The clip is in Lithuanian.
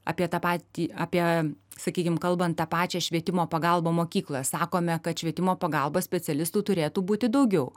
apie tą patį apie sakykim kalbant tą pačią švietimo pagalbą mokykloj sakome kad švietimo pagalbos specialistų turėtų būti daugiau